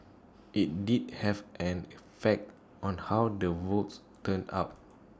IT did have an effect on how the votes turned out